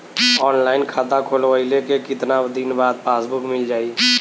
Online खाता खोलवईले के कितना दिन बाद पासबुक मील जाई?